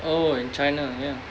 oh in china ya